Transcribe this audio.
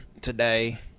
today